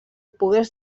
pogués